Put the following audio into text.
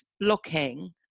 blocking